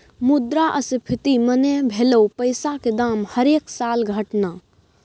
मुद्रास्फीति मने भलौ पैसाक दाम हरेक साल घटनाय